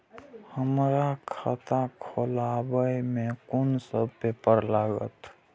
हमरा खाता खोलाबई में कुन सब पेपर लागत?